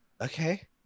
Okay